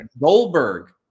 goldberg